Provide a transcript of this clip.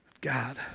God